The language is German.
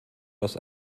was